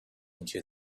into